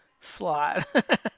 slot